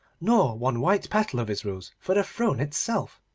nor one white petal of his rose for the throne itself.